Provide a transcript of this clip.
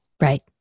Right